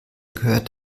gehört